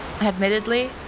Admittedly